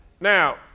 Now